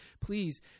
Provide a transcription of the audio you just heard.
please